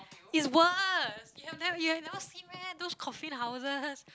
is worse you have ne~ you have never seen meh those coffin houses